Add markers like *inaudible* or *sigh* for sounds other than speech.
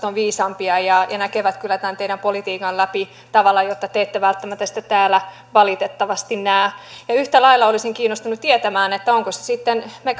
*unintelligible* ovat viisaampia ja ja näkevät kyllä tämän teidän politiikkanne läpi tavalla jota te ette välttämättä sitten täällä valitettavasti näe yhtä lailla olisin kiinnostunut tietämään kun me *unintelligible*